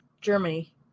Germany